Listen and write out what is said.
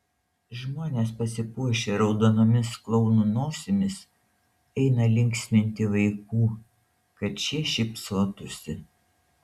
žmonės pasipuošę raudonomis klounų nosimis eina linksminti vaikų kad šie šypsotųsi